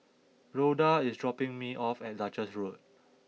Rhoda is dropping me off at Duchess Road